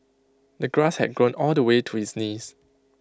the grass had grown all the way to his knees